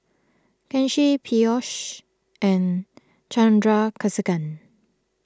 Kanshi Peyush and Chandrasekaran